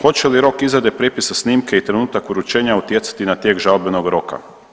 Hoće li rok izrade prijepisa snimke i trenutak uručenja utjecati na tijek žalbenog roka?